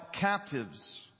captives